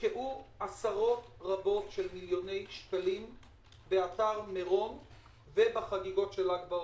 הושקעו עשרות רבות של מיליוני שקלים באתר מירון ובחגיגות של ל"ג בעומר.